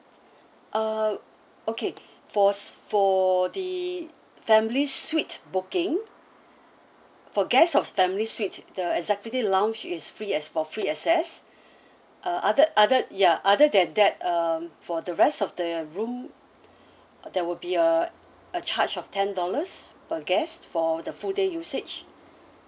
uh okay for s~ for the family suite booking for guest of family suite the executive lounge is free as for free access uh other other ya other than that um for the rest of the room there will be a a charge of ten dollars per guest for the full day usage